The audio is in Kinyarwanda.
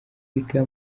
yiga